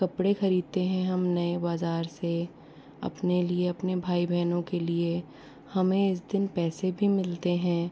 कपड़े खरीदते हैं हम नये बज़ार से अपने लिए अपने भाई बहनों के लिए हमें इस दिन पैसे भी मिलते हैं